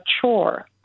chore